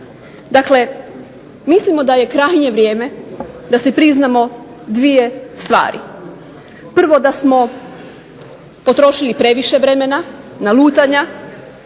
Dakle, mislimo da je krajnje vrijem da si priznamo dvije stvari. Prvo da smo potrošili previše vremena nalutanja,